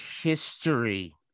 history